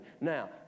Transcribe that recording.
Now